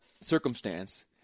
circumstance